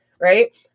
right